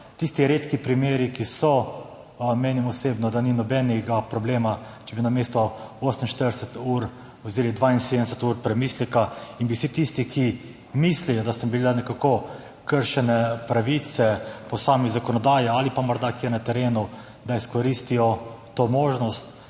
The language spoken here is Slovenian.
tistih redkih primerih, ki so, menim osebno, da ni nobenega problema, če bi namesto 48 ur vzeli 72 ur premisleka, da vsi tisti, ki mislijo, da so jim bile kršene pravice po sami zakonodaji ali morda kje na terenu, izkoristijo to možnost,